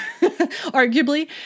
arguably